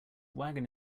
wagon